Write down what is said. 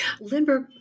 Lindbergh